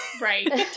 Right